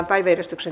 asia